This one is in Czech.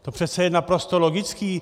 To přece je naprosto logické.